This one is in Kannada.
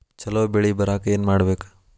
ಛಲೋ ಬೆಳಿ ಬರಾಕ ಏನ್ ಮಾಡ್ಬೇಕ್?